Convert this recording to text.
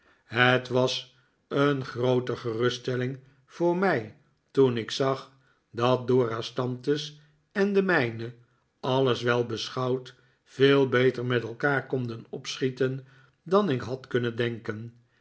het was een groote geruststelling voor mij toen ik zag dat dora's tantes en de mijne alles wel beschouwd veel beter met elkaar konden opschieten dan ik had kunnen denken